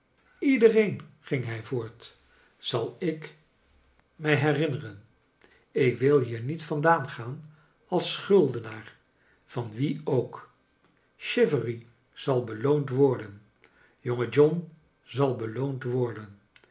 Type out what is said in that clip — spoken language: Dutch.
iedereen ging hij voort zal ik mij herinaeren ik wil hier aiet vaadaan gaan als schuldenaar van wien ook chivery zal beloond worden jonge joha zal belooad wordea